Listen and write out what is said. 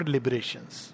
Liberations